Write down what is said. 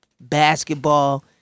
basketball